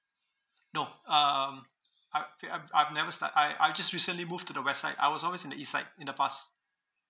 no uh um I f~ I've I've never start I I just recently moved to the west side I was always in the east side in the past